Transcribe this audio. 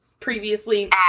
previously